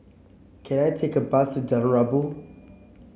can I take a bus Jalan Rabu